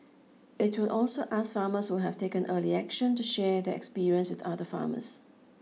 It will also ask farmers who have taken early action to share their experience with other farmers